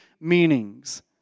meanings